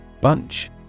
Bunch